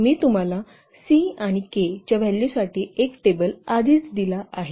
मी तुम्हाला 'c' आणि 'k' च्या व्हॅल्यूसाठी एक टेबल आधीच दिले आहे